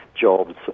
jobs